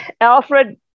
Alfred